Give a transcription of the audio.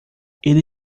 ele